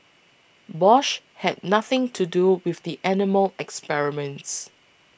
Bosch had nothing to do with the animal experiments